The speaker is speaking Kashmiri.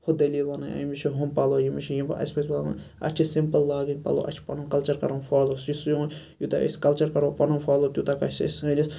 ہہُ دٔلیٖل وَنٕنۍ أمس چھِ ہُم پَلَو ییٚمِس چھِ یِم پَلَو اَسہِ چھِ سِمپٕل لاگٕنۍ پَلَو اَسہِ چھُ پَنُن کَلچَر کَرُن فالو یوٗتاہ أسۍ کَلچَر کَرو پَنُن فالو تیوٗتاہ گَژھِ اَسہِ سٲنِس کَلچَرَس